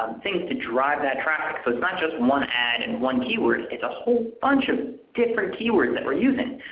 um things to drive that traffic. so it's not just one ad and one key word, it's a whole bunch of different key words and that we're using.